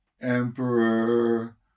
emperor